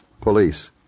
Police